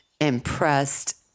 impressed